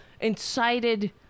incited